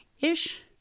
ish